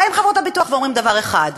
באים מחברות הביטוח ואומרים דבר אחד,